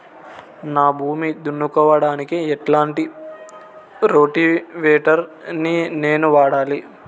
నా భూమి దున్నుకోవడానికి ఎట్లాంటి రోటివేటర్ ని నేను వాడాలి?